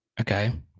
Okay